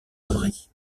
abris